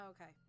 okay